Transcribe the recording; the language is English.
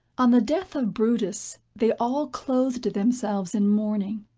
on the death of brutus, they all clothed themselves in mourning.